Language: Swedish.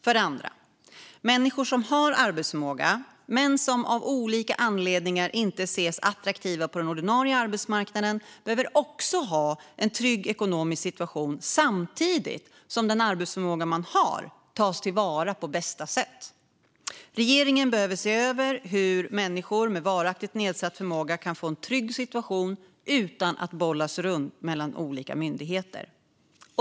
För det andra: Människor som har arbetsförmåga men som av olika anledningar inte ses som attraktiva på den ordinarie arbetsmarknaden behöver också ha en trygg ekonomisk situation samtidigt som den arbetsförmåga de har tas till vara på bästa sätt. Regeringen behöver se över hur människor med varaktigt nedsatt förmåga kan få en trygg situation utan att bollas runt mellan olika myndigheter.